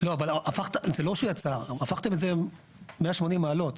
זה לא שהיה צר, הפכתם את זה ב-180 מעלות.